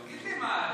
תגיד לי, מה?